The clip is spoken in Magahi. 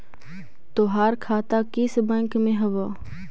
तोहार खाता किस बैंक में हवअ